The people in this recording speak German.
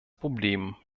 problem